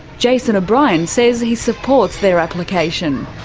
jason o'brien says he supports their application.